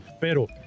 pero